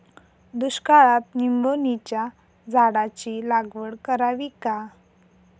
दुष्काळात निंबोणीच्या झाडाची लागवड करावी का?